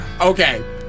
Okay